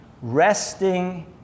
resting